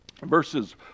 verses